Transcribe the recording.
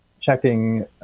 checking